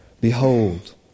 Behold